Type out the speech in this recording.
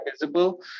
visible